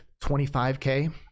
25k